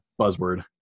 buzzword